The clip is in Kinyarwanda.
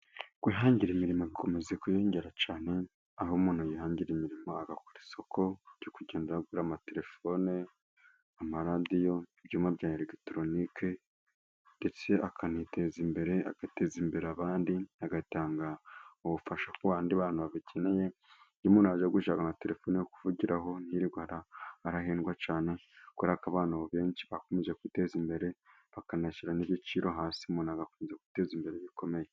Kwihangira imirimo bikomeza kwiyongera cyane aho umuntu yihangira imirimo agakora isoko ryo kugenda agura amatelefone, amaradiyo, ibyuma bya eregitoronike ndetse akaniteza imbere agateza imbere abandi, agatanga ubufasha ku bandi bantu babikeneye, iyo umuntu aje gushaka nka telefoni yo kuvugiraho ntiyirirwa arahedwa cyane kuberaka abantu benshi bakomeje kw'iteza imbere bakanashyira ibiciro hasi, umuntu agakomeza kw'iteza imbere bikomeye.